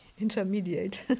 Intermediate